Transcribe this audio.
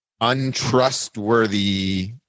untrustworthy